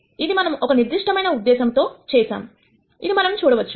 ఇది మనం ఒక నిర్దిష్టమైన ఉద్దేశంతో చేశాంఇది మనం చూడవచ్చు